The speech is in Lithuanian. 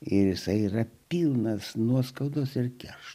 ir jisai yra pilnas nuoskaudos ir keršto